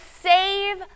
save